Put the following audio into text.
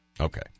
Okay